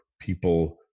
people